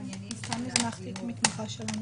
אם אחרי זה רוצים מסמך רשמי.